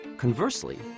Conversely